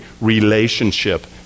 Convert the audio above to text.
relationship